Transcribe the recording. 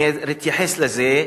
אני אתייחס לזה.